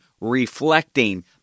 reflecting